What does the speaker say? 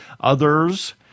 others